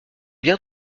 bien